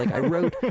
i wrote